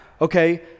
okay